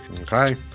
Okay